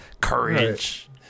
courage